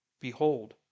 Behold